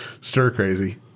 stir-crazy